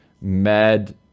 mad